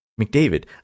McDavid